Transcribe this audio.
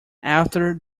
after